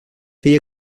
feia